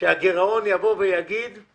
שהגירעון יגרום